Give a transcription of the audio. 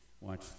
watch